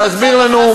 להסביר לנו,